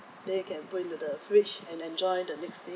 then you can put into the fridge and enjoy the next day